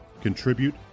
Contribute